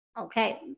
Okay